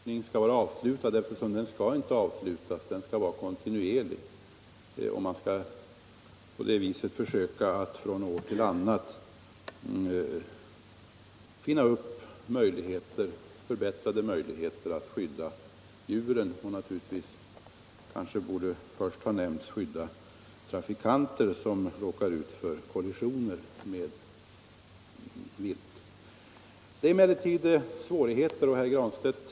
Herr talman! Det går inte att säga när en sådan här forskning kan vara avslutad. Den skall pågå kontinuerligt, för att man från år till år skall kunna förbättra möjligheterna att skydda djuren och, i första hand naturligtvis, trafikanter som råkar ut för viltkollisioner. Det är emellertid svårt att säga vilka åtgärder som visat sig mest effektiva.